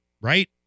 Right